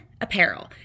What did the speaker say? apparel